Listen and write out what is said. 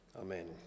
Amen